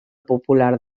popular